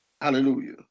Hallelujah